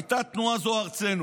הייתה תנועה, זו ארצנו.